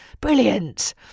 Brilliant